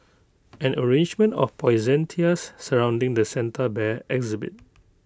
an arrangement of poinsettias surrounding the Santa bear exhibit